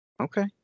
okay